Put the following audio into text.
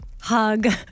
hug